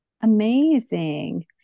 Amazing